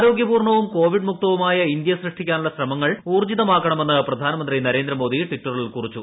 ആരോഗ്യപൂർണവും Covid മുക്തവുമായ India സൃഷ്ടിക്കുവാനുള്ള ശ്രമങ്ങൾ ഊർജിതമാക്കണമെന്ന് പ്രധാനമന്ത്രി നരേന്ദ്രമോദി ട്വിറ്ററിൽ കുറിച്ചു